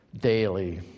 daily